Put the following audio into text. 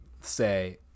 say